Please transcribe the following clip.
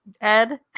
Ed